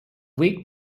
lake